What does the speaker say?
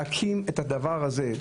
להקים את הדבר הזה,